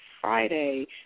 Friday